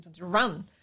Run